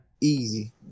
Easy